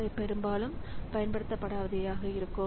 அவை பெரும்பாலும் பயன்படுத்தப்படாதவையாக இருக்கும்